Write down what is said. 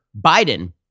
Biden